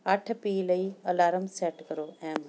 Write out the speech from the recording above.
ਅੱਠ ਪੀ ਲਈ alarm set ਕਰੋ ਐਮ